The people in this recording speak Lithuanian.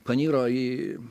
paniro į